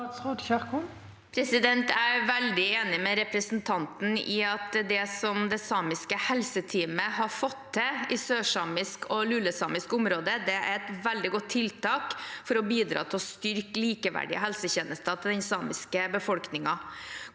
Jeg er veldig enig med representanten i at det som det samiske helseteamet har fått til i sørsamisk og lulesamisk område, er et veldig godt tiltak for å bidra til å styrke likeverdige helsetjenester til den samiske befolkningen.